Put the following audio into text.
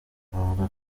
bavuga